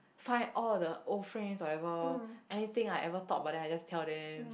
find all of the old friends whatever anything I ever thought about them I just tell them